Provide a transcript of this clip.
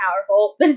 powerful